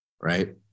right